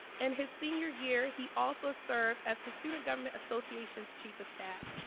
and his senior year he also served as the student government association's chief of staff.